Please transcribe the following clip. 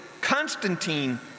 Constantine